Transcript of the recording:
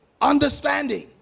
understanding